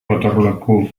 gotorleku